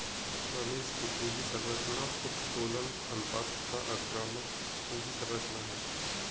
रमेश की पूंजी संरचना उत्तोलन अनुपात तथा आक्रामक पूंजी संरचना है